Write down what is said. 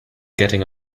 getting